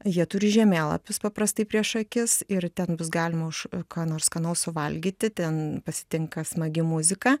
jie turi žemėlapius paprastai prieš akis ir ten bus galima už ką nors skanaus suvalgyti ten pasitinka smagi muzika